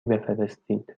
بفرستید